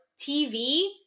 TV